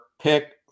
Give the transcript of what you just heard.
pick